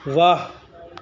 واہ